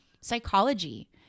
psychology